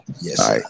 yes